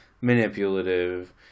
manipulative